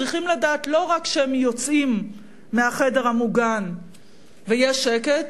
צריכים לדעת לא רק שהם יוצאים מהחדר המוגן ויש שקט,